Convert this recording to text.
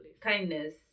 kindness